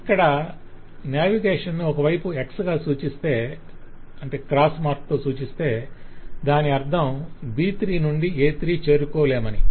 ఇక్కడ నావిగేషన్ ను ఒక వైపు X గా సూచిస్తే దాని అర్ధం B3 నుండి A3 చేరుకోలేమని